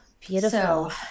beautiful